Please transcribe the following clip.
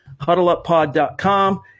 HuddleUpPod.com